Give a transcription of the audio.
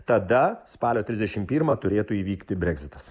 tada spalio trisdešimt pirmą turėtų įvykti breksitas